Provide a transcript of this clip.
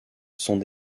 sont